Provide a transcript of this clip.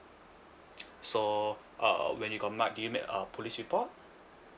so uh when you got mugged did you make a police report